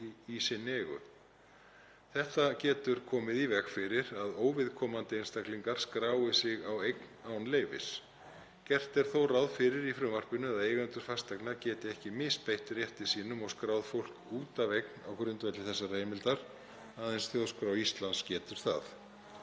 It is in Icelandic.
Þetta getur komið í veg fyrir að óviðkomandi einstaklingar skrái sig á eign án leyfis. Gert er þó ráð fyrir í frumvarpinu að eigendur fasteigna geti ekki misbeitt rétti sínum og skráð fólk út af eign á grundvelli þessarar heimildar, aðeins Þjóðskrá Íslands getur það.